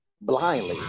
blindly